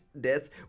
death